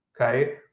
okay